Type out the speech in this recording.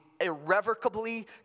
irrevocably